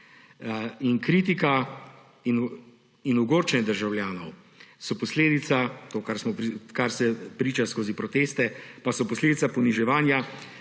Kritika in ogorčenje državljanov – to, kar se priča skozi proteste – pa so posledica poniževanja,